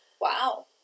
Wow